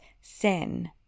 sin